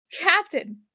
captain